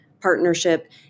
partnership